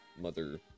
mother